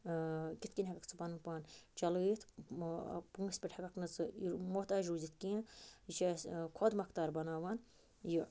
آ کِتھٕ کٔنۍ ہیٚکَکھ ژٕ پَنُن پان چَلٲوِتھ آ پۅنٛسہِ پٮ۪ٹھ ہیٚکَکھ نہٕ ژٕ یہِ محتاج روٗزِتھ کِہیٖنٛۍ یہِ چھِ اَسہِ خۄد مۄختار بَناوان یہِ